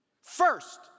first